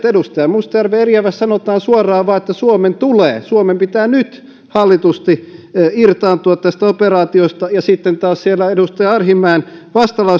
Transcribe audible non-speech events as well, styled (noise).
(unintelligible) edustaja mustajärven eriävässä sanotaan suoraan vain että suomen tulee suomen pitää nyt hallitusti irtaantua tästä operaatiosta ja sitten taas siellä edustaja arhinmäen vastalauseessa